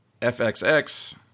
FXX